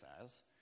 says